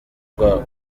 rwabo